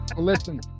Listen